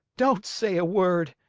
don't say a word.